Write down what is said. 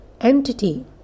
entity